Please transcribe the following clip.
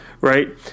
Right